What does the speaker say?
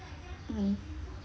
mm